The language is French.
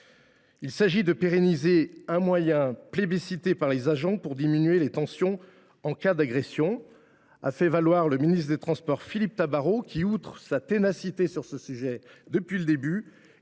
Il s’agit de pérenniser « un moyen plébiscité par les agents pour diminuer les tensions en cas d’agression », a fait valoir le ministre chargé des transports Philippe Tabarot, qui – preuve de sa ténacité sur le sujet – s’est rendu